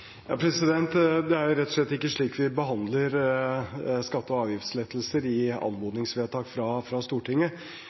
Det er rett og slett ikke slik vi behandler skatte- og avgiftslettelser, i anmodningsvedtak fra Stortinget.